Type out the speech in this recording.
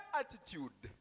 attitude